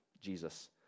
Jesus